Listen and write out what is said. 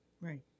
right